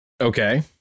Okay